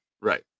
Right